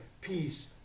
peace